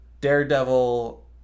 Daredevil